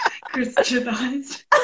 Christianized